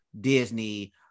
disney